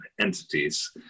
entities